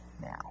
now